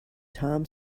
tom